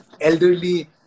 elderly